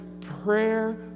prayer